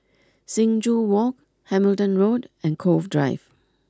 Sing Joo Walk Hamilton Road and Cove Drive